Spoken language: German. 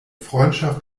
freundschaft